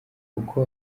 uko